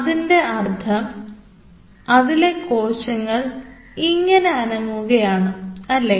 അതിന് അർത്ഥം അതിലെ കോശങ്ങൾ ഇങ്ങനെ അനങ്ങുക ആണ് അല്ലേ